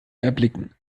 erblicken